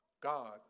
God